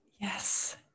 Yes